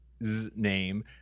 name